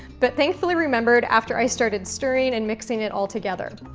but thankfully remembered after i started stirring and mixing it all together.